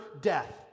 death